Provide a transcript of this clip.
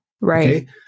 Right